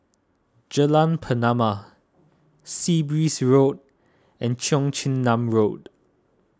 Jalan Pernama Sea Breeze Road and Cheong Chin Nam Road